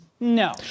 No